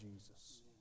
Jesus